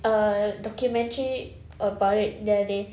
a documentary about it the other day